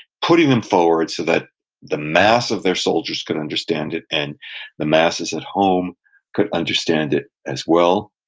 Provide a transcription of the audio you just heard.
putting them forward so that the mass of their soldiers could understand it, and the masses at home could understand it as well